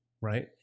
right